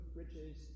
riches